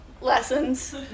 lessons